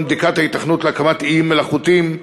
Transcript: בדיקת ההיתכנות להקמת איים מלאכותיים,